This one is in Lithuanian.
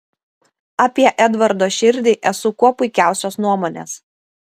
apie edvardo širdį esu kuo puikiausios nuomonės